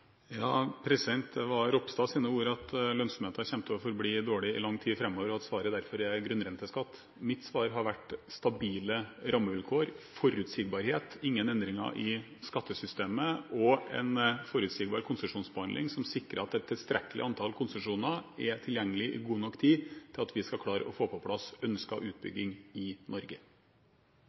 at svaret derfor er grunnrenteskatt. Mitt svar har vært stabile rammevilkår, forutsigbarhet, ingen endringer i skattesystemet og en forutsigbar konsesjonsbehandling som sikrer at et tilstrekkelig antall konsesjoner er tilgjengelig i god nok tid til at vi skal klare å få på plass ønsket utbygging i Norge.